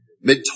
Mid